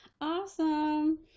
Awesome